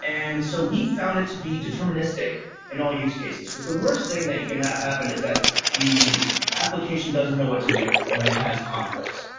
and so we found it to be deterministic in all use cases, because the worst thing that you could have happen is that the application doesn't know what to do when it has conflicts.